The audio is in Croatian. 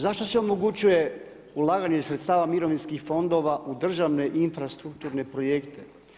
Zašto se omogućuje ulaganje sredstava mirovinskih fondova u državne i infrastrukture projekte?